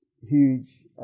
huge